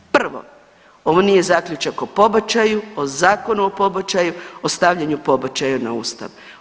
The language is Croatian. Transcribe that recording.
Prvo, ovo nije zaključak o pobačaju, o Zakonu o pobačaju, o stavljanju pobačaja na Ustav.